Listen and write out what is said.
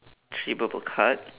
three purple card